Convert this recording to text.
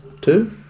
Two